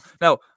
Now